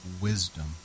wisdom